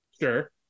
sure